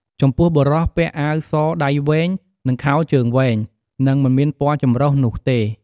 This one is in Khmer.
ចំពោះបុរសពាក់អាវសដៃវែង និងខោជើងវែង និងមិនមានពណ៍ចំរុះនុះទេ។